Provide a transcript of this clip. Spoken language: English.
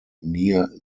near